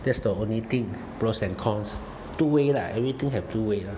that's the only thing pros and cons two way lah everything have two way lah